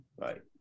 right